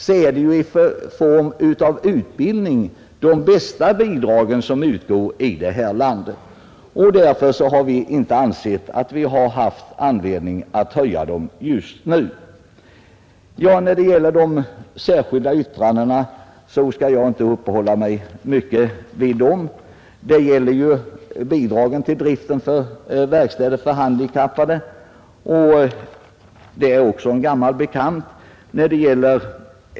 I fråga om bidrag till utbildning så är dessa de bästa som utgår här i landet, och därför har vi inte ansett att vi har anledning att höja dem just nu. Jag skall inte uppehålla mig vid de särskilda yttrandena. De gäller bl.a. Bidrag till driften av verkstäder för handikappade. Den frågan är också en gammal bekant.